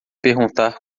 perguntar